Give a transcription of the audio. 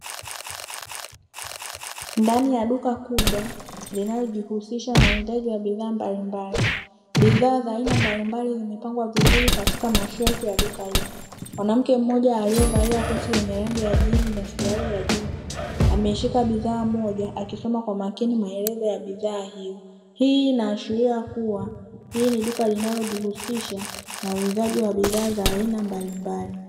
Ndani ya duka kubwa linalojihusisha na uuzaji wa bidhaa mbalimbali bidhaa za aina mbalimbali zimepangwa katiak mashelfu ya duka hilo, mwanamke mmoja aliyevalia koti lenye rangi ya jinzi pamoja na ameshika bidhaa moja akisoma kwa makini maelezo ya bidhaa hiyo. Hii inaashiria ni duka linalojihusisha na uuzaji wa bidhaa za aina mbalimbali.